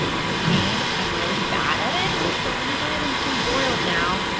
it's a pain. i'm really bad at it, so i buy them preboiled now,